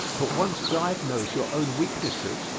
but once diagnose your own weaknesses,